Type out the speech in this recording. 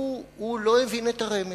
הוא לא הבין את הרמז,